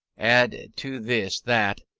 add to this that,